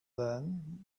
then